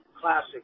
classic